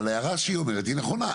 ההערה שהיא אומרת היא נכונה.